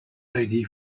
lady